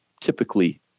typically